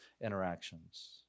interactions